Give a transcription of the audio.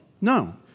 No